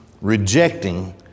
rejecting